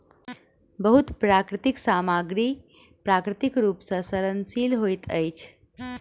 बहुत प्राकृतिक सामग्री प्राकृतिक रूप सॅ सड़नशील होइत अछि